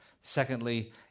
secondly